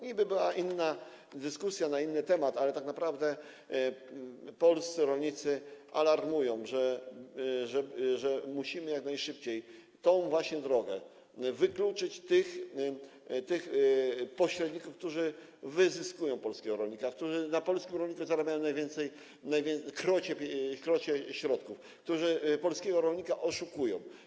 Niby była inna dyskusja na inny temat, ale tak naprawdę polscy rolnicy alarmują, że musimy jak najszybciej tą właśnie drogą wykluczyć pośredników, którzy wyzyskują polskiego rolnika, którzy na polskim rolniku zarabiają najwięcej, krocie środków, którzy polskiego rolnika oszukują.